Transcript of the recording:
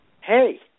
Hey